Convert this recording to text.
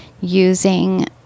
using